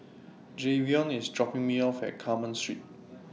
Jayvion IS dropping Me off At Carmen Street